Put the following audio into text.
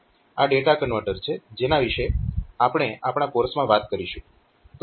આ data converter છે જેના વિશે આપણે આપણા કોર્સમાં વાત કરીશું